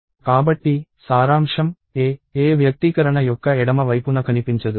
కాబట్టి సారాంశం a ఏ వ్యక్తీకరణ యొక్క ఎడమ వైపున కనిపించదు